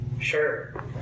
Sure